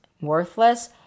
worthless